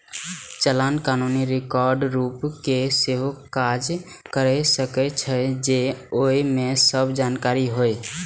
चालान कानूनी रिकॉर्डक रूप मे सेहो काज कैर सकै छै, जौं ओइ मे सब जानकारी होय